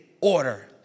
order